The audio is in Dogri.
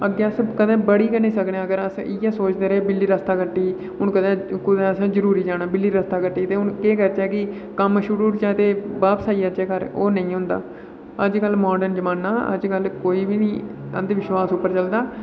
अग्गें अस कदें बधी गै नेईं सकने अगर अस इ'यै सोचदे रेह् बिजली रस्ता कट्टी हू'न कदें असें जरूरी जाना पेआ की बिल्ली रस्ता कट्टी गेई ते केह् करचै की कम्म छोड़ी ओड़चै ते बापस आई जाह्चै घर ओह् नेईं होंदा अजकल मॉर्डन जमाना अजकल कोई बी अंधविश्वास पर नेईं चलदा